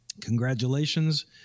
congratulations